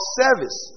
service